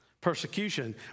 persecution